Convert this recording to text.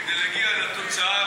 כדי להגיע לתוצאה.